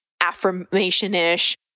affirmation-ish